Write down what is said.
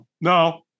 No